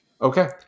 Okay